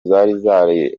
zari